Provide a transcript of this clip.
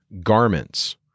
garments